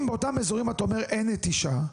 אם באותם אזורם, אתה אומר, אין נטישה,